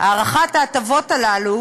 הארכת ההטבות הללו